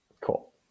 Cool